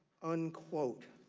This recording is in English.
unquote.